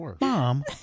mom